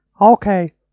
Okay